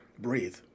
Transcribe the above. breathe